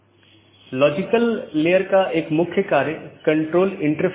जो हम चर्चा कर रहे थे कि हमारे पास कई BGP राउटर हैं